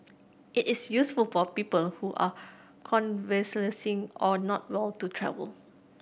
it is useful for people who are convalescing or not well to travel